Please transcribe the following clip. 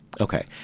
Okay